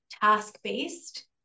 task-based